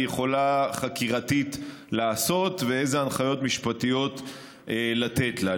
יכולה חקירתית לעשות ואיזה הנחיות משפטיות לתת לה.